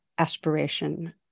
Aspiration